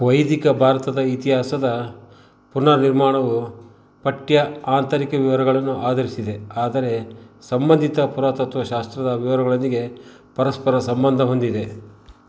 ವೈದಿಕ ಭಾರತದ ಇತಿಹಾಸದ ಪುನರ್ನಿರ್ಮಾಣವು ಪಠ್ಯ ಆಂತರಿಕ ವಿವರಗಳನ್ನು ಆಧರಿಸಿದೆ ಆದರೆ ಸಂಬಂಧಿತ ಪುರಾತತ್ತ್ವ ಶಾಸ್ತ್ರದ ವಿವರಗಳೊಂದಿಗೆ ಪರಸ್ಪರ ಸಂಬಂಧ ಹೊಂದಿದೆ